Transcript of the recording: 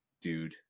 dude